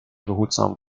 behutsam